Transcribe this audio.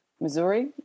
Missouri